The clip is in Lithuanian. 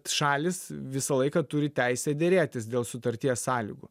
šalys visą laiką turi teisę derėtis dėl sutarties sąlygų